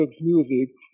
music